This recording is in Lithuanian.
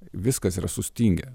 viskas yra sustingę